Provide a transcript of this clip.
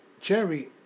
Cherry